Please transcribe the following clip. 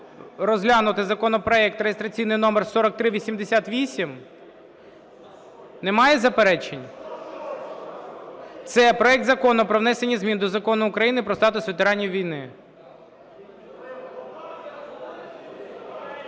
розглянути законопроект реєстраційний номер 4388. Немає заперечень? (Шум у залі) Це проект Закону про внесення змін до Закону України про статус ветеранів війни.